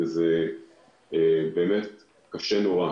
שהן באמת קשות נורא.